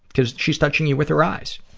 because she's touching you with her eyes,